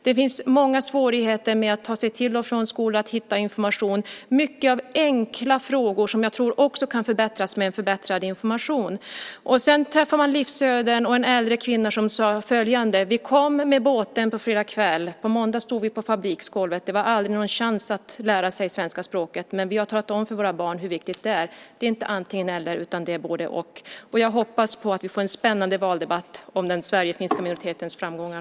Det finns många svårigheter med att ta sig till och från skolan, att hitta information, mycket av enkla frågor som jag tror kan förbättras med en förbättrad information. Det finns många livsöden, och en äldre kvinna sade följande: Vi kom med båten på fredag kväll, och på måndag stod vi på fabriksgolvet. Det var aldrig någon chans att lära sig svenska språket, men vi har talat om för våra barn hur viktigt det är. Det är inte antingen-eller utan det är både-och. Jag hoppas att vi får en spännande valdebatt om den sverigefinska minoritetens framgångar.